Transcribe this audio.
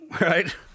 right